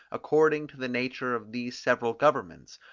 according to the nature of these several governments,